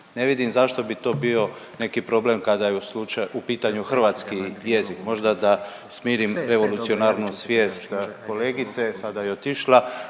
Ne vidim zašto bi to bio neki problem kada je u pitanju hrvatski jezik, možda da smirim evolucionarnu svijest kolegice. Sada je otišla